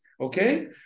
okay